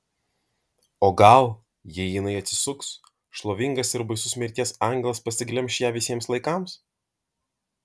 o gal jei jinai atsisuks šlovingas ir baisus mirties angelas pasiglemš ją visiems laikams